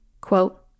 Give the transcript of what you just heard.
Quote